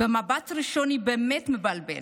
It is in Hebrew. במבט ראשוני זה באמת מבלבל,